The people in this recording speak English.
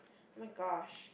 oh-my-gosh